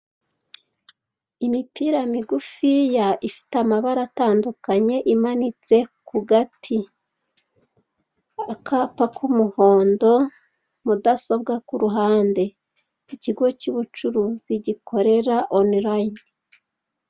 Imipira migufiya ifite amabara atandukanye imanitse ku gati. Akapa k'umuhondo, mudasobwa ku ruhande. Ikigo cy'ubucuruzi gikorera onurayini.